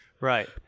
Right